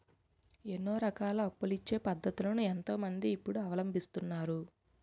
ఎన్నో రకాల అప్పులిచ్చే పద్ధతులను ఎంతో మంది ఇప్పుడు అవలంబిస్తున్నారు